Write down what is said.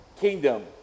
kingdom